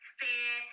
fear